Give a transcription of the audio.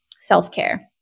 self-care